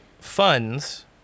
funds